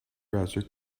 browser